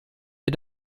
wir